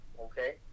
Okay